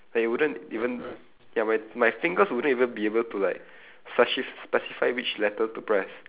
like it wouldn't even ya my my fingers wouldn't even be able to like speci~ specify which letter to press